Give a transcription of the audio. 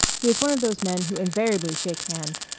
he is one of those men who invariably shake hands,